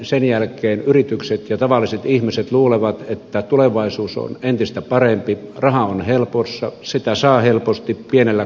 sen jälkeen yritykset ja tavalliset ihmiset luulevat että tulevaisuus on entistä parempi raha on helpossa sitä saa helposti pienellä korolla